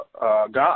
God